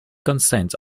consent